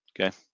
Okay